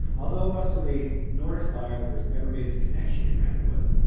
although russell lee nor his biographers ever made the connection to grant wood,